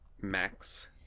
max